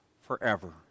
forever